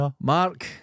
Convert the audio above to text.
Mark